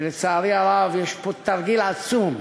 ולצערי הרב, יש פה תרגיל עצום.